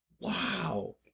Wow